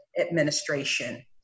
Administration